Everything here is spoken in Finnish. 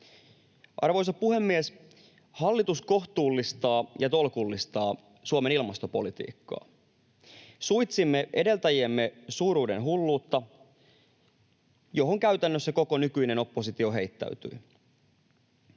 Arvoisa puhemies! Hallitus kohtuullistaa ja tolkullistaa Suomen ilmastopolitiikkaa. Suitsimme edeltäjiemme suuruudenhulluutta, johon käytännössä koko nykyinen oppositio heittäytyi.